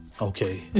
Okay